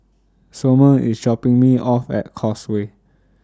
Sommer IS dropping Me off At Causeway